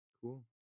Cool